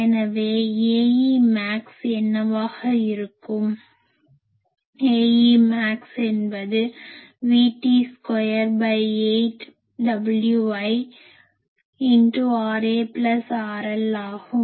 எனவே Ae max என்னவாக இருக்கும் Ae max என்பது V2T8WiRA RL ஆகும்